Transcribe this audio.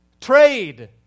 trade